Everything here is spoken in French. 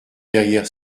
derrière